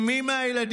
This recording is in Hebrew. עם מי מהילדים?